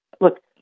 look